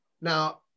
Now